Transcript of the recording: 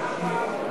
לא רוצה לסכסך,